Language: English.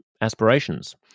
aspirations